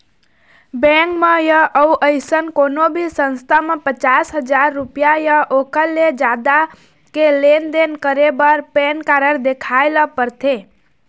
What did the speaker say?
bank म य अउ अइसन कोनो भी संस्था म पचास हजाररूपिया य ओखर ले जादा के लेन देन करे बर पैन कारड देखाए ल परथे